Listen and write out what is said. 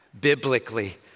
biblically